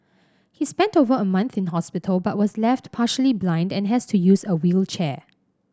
he spent over a month in hospital but was left partially blind and has to use a wheelchair